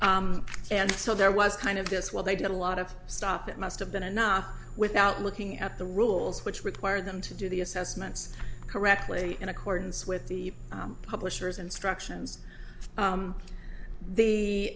enough and so there was kind of this well they did a lot of stuff it must have been enough without looking at the rules which require them to do the assessments correctly in accordance with the publisher's instructions